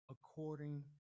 according